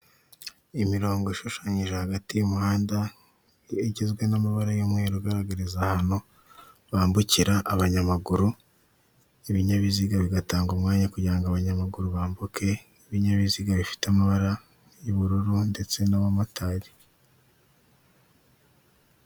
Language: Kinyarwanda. Imirongo ishushanyije hagati y'imihanda igizwe n'amabara y'umweru ugaragariza ahantu bambukira abanyamaguru, ibinyabiziga bigatanga umwanya kugirango abanyamaguru bambuke, ibinyabiziga bifite amabara y'ubururu ndetse n'abamotari.